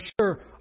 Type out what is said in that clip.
sure